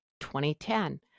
2010